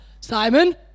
Simon